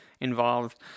involved